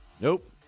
Nope